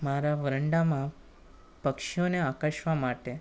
મારા વરંડામાં પક્ષીઓને આકર્ષવા માટે